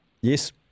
Yes